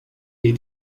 jej